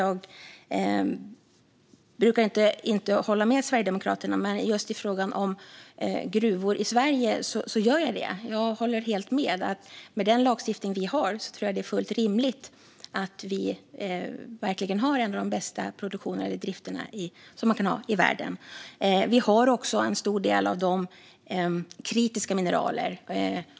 Jag brukar inte hålla med Sverigedemokraterna, men i just denna fråga gör jag det. Jag håller helt med om att med den lagstiftning som vi har är det fullt rimligt att vi verkligen har en av de bästa produktioner eller drifter som man kan ha i världen. Vi har också en stor andel av de kritiska mineralen.